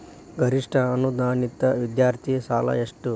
ಗರಿಷ್ಠ ಅನುದಾನಿತ ವಿದ್ಯಾರ್ಥಿ ಸಾಲ ಎಷ್ಟ